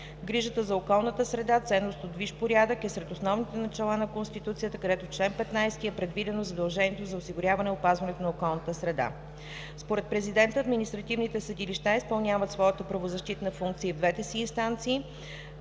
Грижата за околната среда, ценност от висш порядък, е сред основните начала на Конституцията, където в чл. 15 е предвидено задължението за осигуряване опазването на околната среда. Според Президента административните съдилища изпълняват своята правозащитна функция и в двете си инстанции,